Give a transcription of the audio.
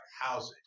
housing